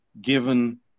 given